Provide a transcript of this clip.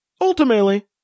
Ultimately